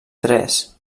tres